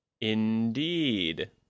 Indeed